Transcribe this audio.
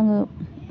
आङो